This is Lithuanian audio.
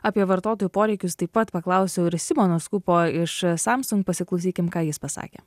apie vartotojų poreikius taip pat paklausiau ir simono skupo iš samsung pasiklausykim ką jis pasakė